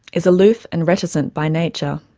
is aloof and reticent by nature.